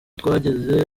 twageze